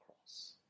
cross